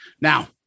Now